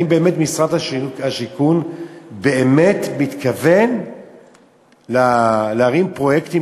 האם באמת משרד השיכון מתכוון להרים פרויקטים